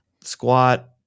squat